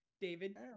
David